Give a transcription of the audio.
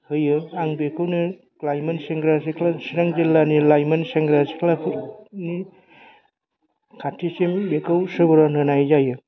होयो आं बेखौनो लाइमोन सेंग्रा सिख्ला चिरां जिल्लानि लाइमोन सेंग्रा सिख्लानि खाथिसिम बेखौ सुबुरुन होनाय जायो